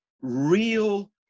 real